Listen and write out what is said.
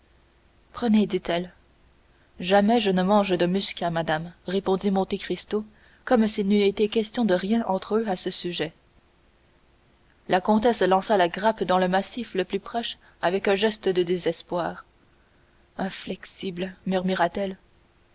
prenez dit-elle jamais je ne mange de muscat madame répondit monte cristo comme s'il n'eût été question de rien entre eux à ce sujet la comtesse lança la grappe dans le massif le plus proche avec un geste de désespoir inflexible murmura-t-elle